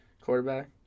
Quarterback